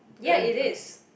and